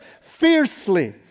fiercely